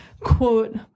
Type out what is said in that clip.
quote